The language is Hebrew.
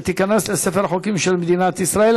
ותיכנס לספר החוקים של מדינת ישראל.